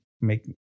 make